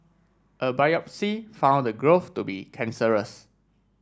a biopsy found the growth to be cancerous